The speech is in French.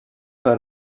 pas